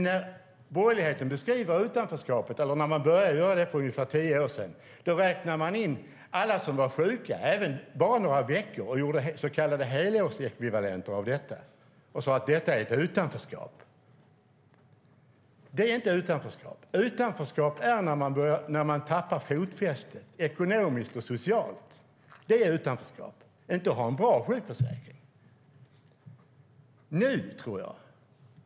När borgerligheten började beskriva utanförskapet för ungefär tio år sedan räknade man in alla som var sjuka, även de som var sjuka bara några veckor, och gjorde så kallade helårsekvivalenter. Man sade att det var ett utanförskap. Det är inte utanförskap. Utanförskap är när man tappar fotfästet ekonomiskt och socialt, inte att ha en bra sjukförsäkring.